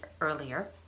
earlier